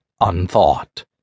unthought